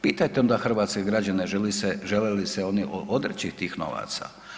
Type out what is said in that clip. Pitajte onda hrvatske građane žele li se oni odreći tih novaca.